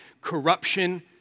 corruption